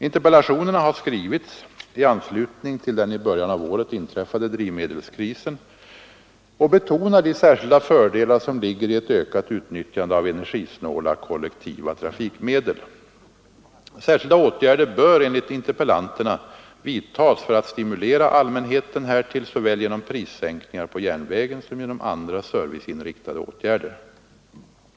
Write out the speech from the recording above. Interpellationerna har skrivits i anslutning till den i början av året inträffade drivmedelskrisen och betonar de särskilda fördelar som ligger i ett ökat utnyttjande av energisnåla kollektiva trafikmedel. Särskilda åtgärder bör enligt interpellanterna vidtas för att stimulera allmänheten härtill såväl genom prissänkningar på järnvägen som genom andra serviceinriktade åtgärder.